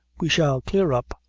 we shall clear up,